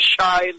shine